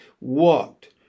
walked